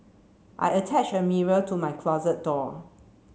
I attached a mirror to my closet door